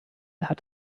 hat